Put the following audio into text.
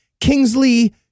Kingsley